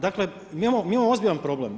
Dakle, mi imamo ozbiljan problem.